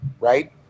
right